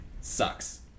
sucks